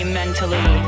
mentally